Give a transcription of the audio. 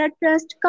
trust